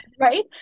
Right